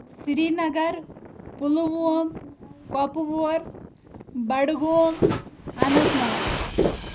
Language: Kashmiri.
سرینگر پُلووم کۄپوور بڈگوم اننت ناگ